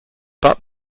but